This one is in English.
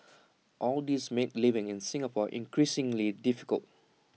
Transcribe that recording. all these made living in Singapore increasingly difficult